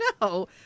No